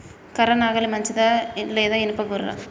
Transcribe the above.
కర్ర నాగలి మంచిదా లేదా? ఇనుప గొర్ర?